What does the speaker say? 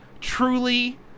truly